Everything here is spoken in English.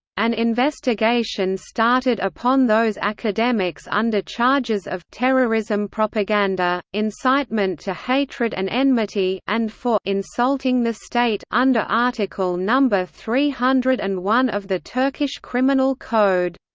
an investigation started upon those academics under charges of terrorism propaganda, incitement to hatred and enmity and for insulting the state under article no. three hundred and one of the turkish criminal code.